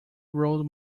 rule